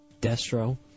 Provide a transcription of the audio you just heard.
Destro